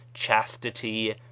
chastity